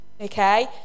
Okay